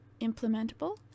implementable